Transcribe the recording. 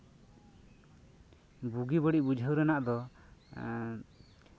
ᱵᱩᱜᱤ ᱵᱟᱹᱲᱤᱡ ᱵᱩᱡᱷᱟᱹᱣ ᱨᱮᱭᱟᱜ ᱫᱚ